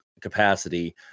capacity